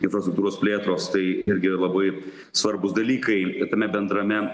infrastruktūros plėtros tai irgi labai svarbūs dalykai tame bendrame